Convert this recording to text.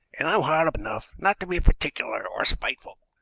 and i'm hard up enough not to be particular or spiteful.